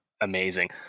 amazing